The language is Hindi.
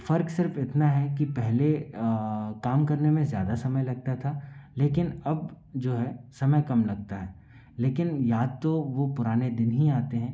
फ़र्क सिर्फ़ इतना है कि पहले काम करने में ज़्यादा समय लगता था लेकिन अब जो है समय कम लगता है लेकिन याद तो वो पुराने दिन ही आते हैं